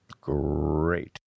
great